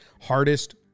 hardest